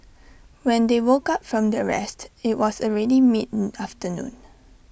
when they woke up from their rest IT was already mid afternoon